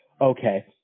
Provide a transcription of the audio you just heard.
okay